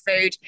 food